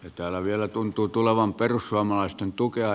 täällä vielä tuntuu tulevan perussuomalaisten tukea